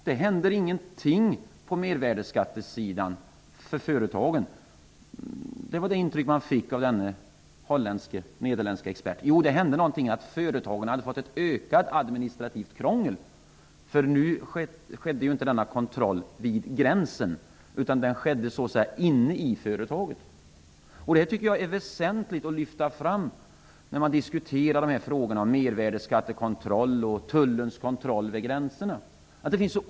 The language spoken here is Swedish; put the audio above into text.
Det intryck som man fick av denne nederländske expert var att det inte händer någonting på mervärdesskattesidan för företagen utom att man får ett ökat administrativt krångel. Nu sker inte längre kontrollen vid gränsen utan inne i företaget. Jag tycker att det är väsentligt att lyfta fram detta när man diskuterar frågorna om en mervärdesskattekontroll och tullens kontroll över gränserna.